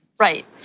Right